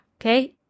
Okay